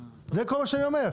זה כל מה שאני אומר.